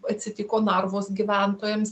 atsitiko narvos gyventojams